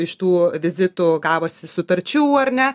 iš tų vizitų gavosi sutarčių ar ne